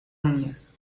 núñez